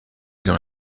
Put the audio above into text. dans